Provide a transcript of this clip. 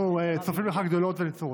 אנחנו צופים לך גדולות ונצורות.